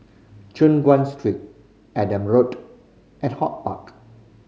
Choon Guan Street Andrew Road and HortPark